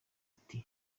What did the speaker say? ati